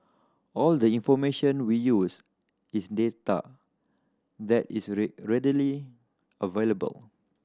all the information we use is data that is readily available